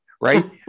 right